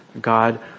God